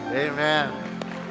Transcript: Amen